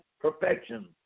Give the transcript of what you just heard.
perfection